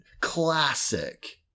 classic